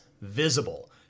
visible